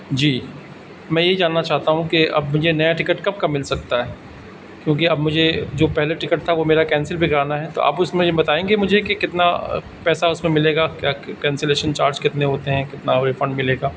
جی میں یہ جاننا چاہتا ہوں کہ اب مجھے نیا ٹکٹ کب کا مل سکتا ہے کیونکہ اب مجھے جو پہلے ٹکٹ تھا وہ میرا کینسل بھی کرانا ہے تو آپ اس میں بتائیں گے مجھے کہ کتنا پیسہ اس میں ملے گا کیا کینسلیشن چارج کتنے ہوتے ہیں کتنا ریفنڈ ملے گا